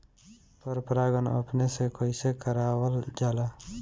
पर परागण अपने से कइसे करावल जाला?